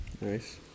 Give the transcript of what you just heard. Nice